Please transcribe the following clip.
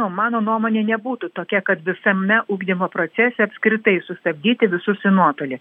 mano nuomonė nebūtų tokia kad visame ugdymo procese apskritai sustabdyti visus į nuotolį